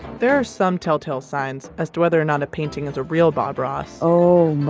there are some telltale signs as to whether or not a painting is a real bob ross. oh